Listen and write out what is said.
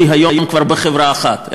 שכבר לא תלוי היום בחברה אחת,